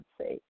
say